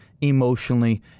emotionally